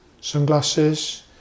Sunglasses